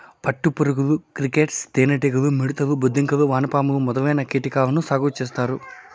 పట్టు పురుగులు, క్రికేట్స్, తేనె టీగలు, మిడుతలు, బొద్దింకలు, వానపాములు మొదలైన కీటకాలను సాగు చేత్తారు